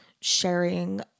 sharing